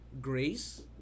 grace